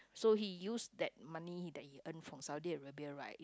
so he used that money that he earn from Saudi Arabia right